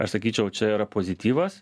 aš sakyčiau čia yra pozityvas